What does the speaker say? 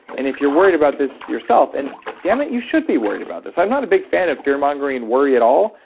and if you're worried about this yourself, and dammit, you should be worried about this. i'm not a big fan of fear-mongering and worry at all,